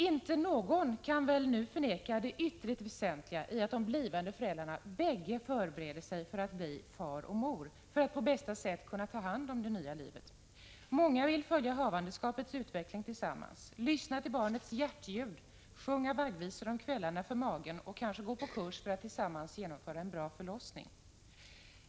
Inte någon kan väl nu förneka det ytterst väsentliga i att de blivande föräldrarna bägge förbereder sig för att bli far och mor, för att på bästa sätt kunna ta hand om det nya livet. Många vill följa havandeskapets utveckling tillsammans, lyssna till barnets hjärtljud, sjunga vaggvisor om kvällarna för magen och kanske gå på kurs för att tillsammans kunna genomföra en bra förlossning.